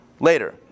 later